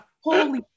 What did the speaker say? holy